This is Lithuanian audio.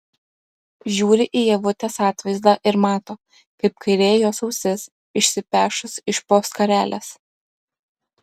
žiūri į ievutės atvaizdą ir mato kaip kairė jos ausis išsipešus iš po skarelės